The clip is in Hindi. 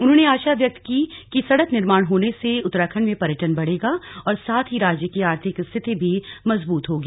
उन्होंने आशा व्यक्त की कि सडक निर्माण होने से उत्तराखंड में पर्यटन बढेगा और साथ ही राज्य की आर्थिक स्थिति भी मजबूत होगी